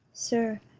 sir,